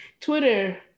Twitter